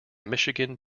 michigan